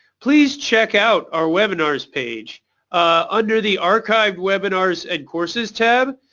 please check out our webinars page under the archived webinars and courses tab,